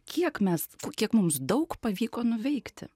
kiek mes kiek mums daug pavyko nuveikti